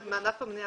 מענף הבנייה,